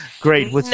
great